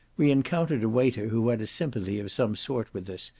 we encountered a waiter who had a sympathy of some sort with us,